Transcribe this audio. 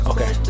Okay